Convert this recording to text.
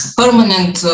permanent